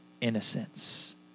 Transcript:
innocence